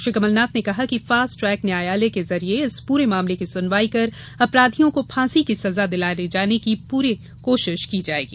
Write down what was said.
श्री कमलनाथ ने कहा कि फॉस्ट ट्रेक न्यायालय के जरिए इस पूरे मामले की सुनवाई कर अपराधियों को फांसी की सजा दिलाये जाने की पूरी कोशिश की जायेगी